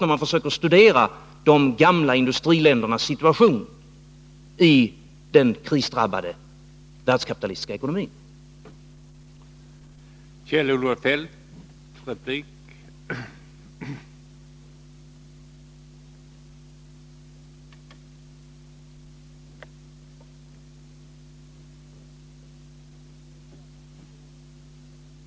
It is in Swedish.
När man studerar de gamla industriländernas situation i den krisdrabbade världskapitalistiska ekonomin, tycker jag att detta är helt uppenbart.